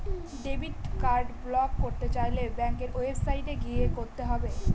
debit card block করতে চাইলে ব্যাঙ্কের ওয়েবসাইটে গিয়ে করতে হবে